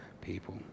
people